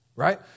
Right